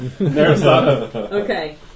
Okay